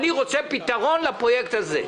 אני רוצה פתרון לפרויקט הזה.